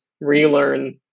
relearn